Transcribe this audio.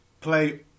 play